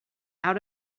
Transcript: out